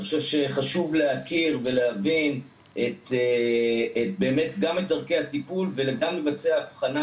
אני חושב שחשוב להכיר ולהבין גם את דרכי הטיפול וגם לבצע הבחנה,